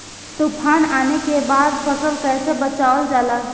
तुफान आने के बाद फसल कैसे बचावल जाला?